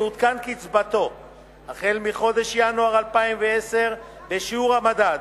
תעודכן קצבתו מחודש ינואר 2010 בשיעור המדד